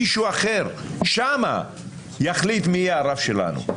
מישהו אחר, שם, יחליט מי יהיה הרב שלנו.